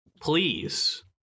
please